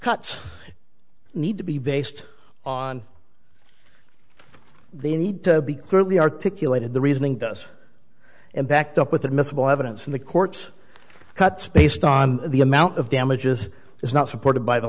cuts need to be based on the need to be clearly articulated the reasoning does and backed up with admissible evidence in the courts cuts based on the amount of damages is not supported by the